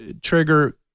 trigger